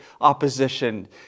opposition